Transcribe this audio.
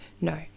No